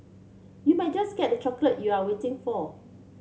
you might just get that chocolate you are waiting for